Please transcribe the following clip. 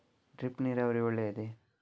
Drip ನೀರಾವರಿ ಒಳ್ಳೆಯದೇ?